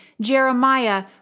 Jeremiah